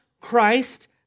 Christ